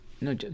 No